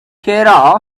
care